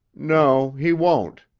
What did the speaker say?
no he won't,